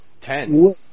Ten